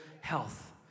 health